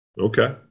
Okay